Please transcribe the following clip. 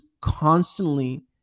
constantly